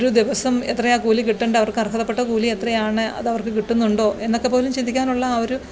ഒരു ദിവസം എത്രയാ കൂലി കിട്ടേണ്ട അവര്ക്കര്ഹതപ്പെട്ട കൂലി എത്രയാണ് അതവര്ക്ക് കിട്ടുന്നുണ്ടോ എന്നെക്കെപ്പോലും ചിന്തിക്കാനുള്ള ആ ഒരു